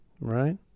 Right